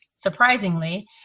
surprisingly